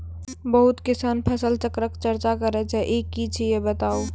बहुत किसान फसल चक्रक चर्चा करै छै ई की छियै बताऊ?